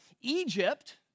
Egypt